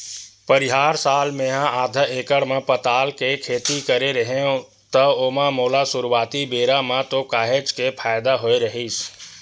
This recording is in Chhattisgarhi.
परिहार साल मेहा आधा एकड़ म पताल खेती करे रेहेव त ओमा मोला सुरुवाती बेरा म तो काहेच के फायदा होय रहिस